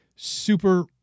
super